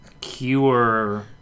cure